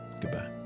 Goodbye